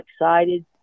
excited